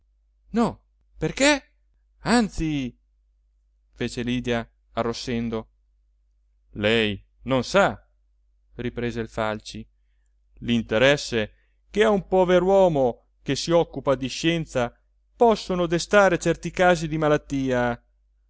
no perché anzi fece lydia arrossendo lei non sa rispose il falci l'interesse che a un pover'uomo che si occupa di scienza possono destare certi casi di malattia